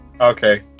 Okay